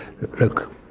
look